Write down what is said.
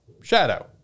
shadow